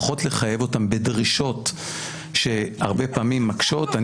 פחות לחייב אותם בדרישות שהרבה פעמים מקשות.